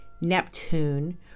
Neptune